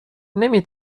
نمی